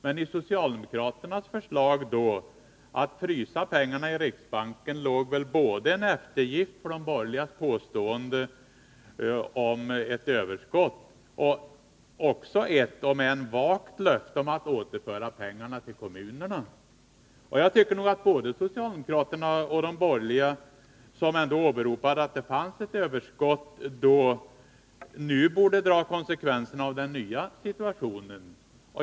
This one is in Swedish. Bakom socialdemokraternas förslag att frysa pengarna i riksbanken låg både en eftergift för de borgerligas påstående om ett överskott och ett — om än vagt — löfte om att återföra pengarna till kommunerna. Jag tycker nog att både socialdemokraterna och de borgerliga, som åberopade ett överskott såsom skäl för ingripande mot kommunerna, nu bör dra konsekvenserna av den nya situationen.